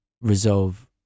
resolve